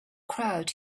crowd